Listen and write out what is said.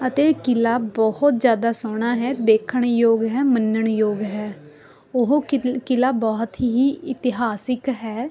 ਅਤੇ ਕਿਲ੍ਹਾ ਬਹੁਤ ਜ਼ਿਆਦਾ ਸੋਹਣਾ ਹੈ ਦੇਖਣ ਯੋਗ ਹੈ ਮੰਨਣ ਯੋਗ ਹੈ ਉਹ ਕਿਲ ਕਿਲ੍ਹਾ ਬਹੁਤ ਹੀ ਇਤਿਹਾਸਿਕ ਹੈ